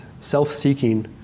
self-seeking